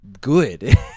good